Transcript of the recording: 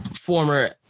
former